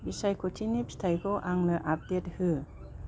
बिसायखथिनि फिथायखौ आंनो आपदेट हो